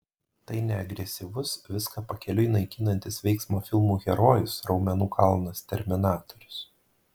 tai ne agresyvus viską pakeliui naikinantis veiksmo filmų herojus raumenų kalnas terminatorius